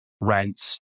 rents